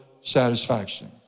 satisfaction